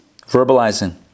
verbalizing